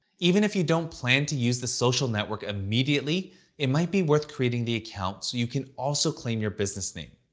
even if you don't plan to use the social network immediately it might be worth creating the account so you can also claim your business name.